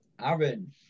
Aaron